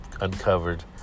uncovered